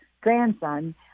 grandson